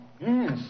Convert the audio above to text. Yes